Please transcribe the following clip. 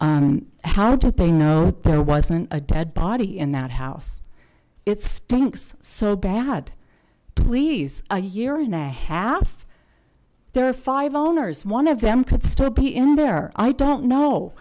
how did they know that there wasn't a dead body in that house it stinks so bad please a year and a half there are five owners one of them could still be in there i don't know